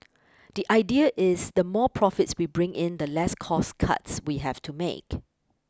the idea is the more profits we bring in the less cost cuts we have to make